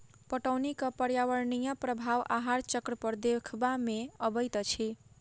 पटौनीक पर्यावरणीय प्रभाव आहार चक्र पर देखबा मे अबैत अछि